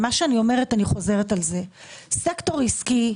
סקטור עסקי,